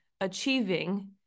achieving